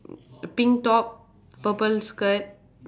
the pink top purple skirt